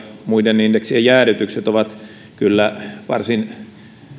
muiden indeksien jäädytykset ovat kyllä varsin